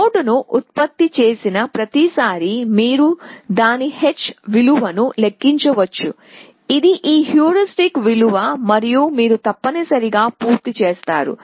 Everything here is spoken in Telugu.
నోడ్ను ఉత్పత్తి చేసిన ప్రతిసారీ మీరు దాని h విలువను లెక్కించవచ్చు ఇది ఈ హ్యూరిస్టిక్ విలువ మరియు మీరు తప్పనిసరిగా పూర్తి చేస్తారు